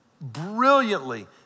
brilliantly